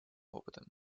опытом